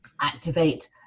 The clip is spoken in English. activate